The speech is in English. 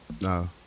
No